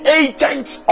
agents